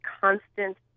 constant